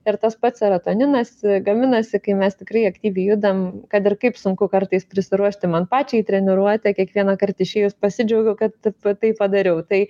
ir tas pats serotoninas gaminasi kai mes tikrai aktyviai judam kad ir kaip sunku kartais prisiruošti man pačiai treniruotę kiekvienąkart išėjus pasidžiaugiu kad tai padariau tai